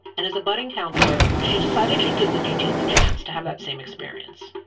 and as a budding counselor, she decided she'd give the new teens a chance to have that same experience.